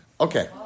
Okay